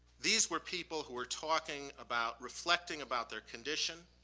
these were people who were talking about reflecting about their condition,